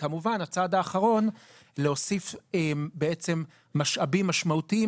וכמובן הצעד האחרון הוא להוסיף בעצם משאבים משמעותיים